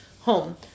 home